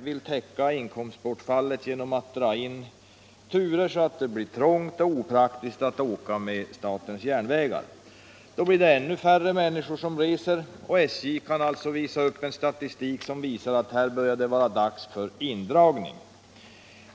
vill täcka inkomstbortfallet genom att dra in turer, så att det blir trångt och opraktiskt att åka med statens järnvägar. Då är det ännu färre som reser. och SJ kan lägga fram en statistik som visar att här börjar det vara dags för indragning.